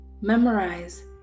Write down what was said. memorize